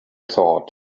thought